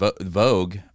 Vogue